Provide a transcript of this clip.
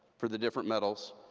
for the different metals.